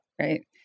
right